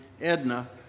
Edna